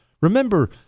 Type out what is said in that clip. Remember